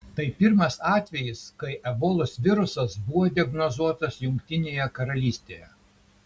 tai pirmas atvejis kai ebolos virusas buvo diagnozuotas jungtinėje karalystėje